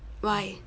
why